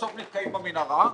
בסוף נתקעים במנהרה,